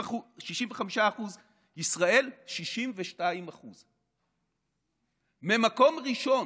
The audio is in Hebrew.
65%; ישראל, 62%. ממקום ראשון,